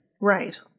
Right